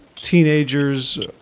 teenagers